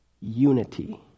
Unity